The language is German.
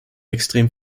extrem